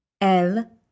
El